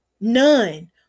None